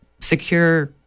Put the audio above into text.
secure